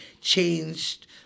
changed